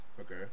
Okay